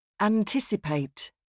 Anticipate